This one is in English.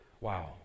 Wow